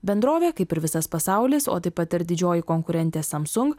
bendrovė kaip ir visas pasaulis o taip pat ir didžioji konkurentė samsung